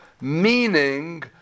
meaning